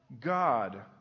God